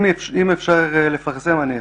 אם אפשר לפרסם אני אפרסם.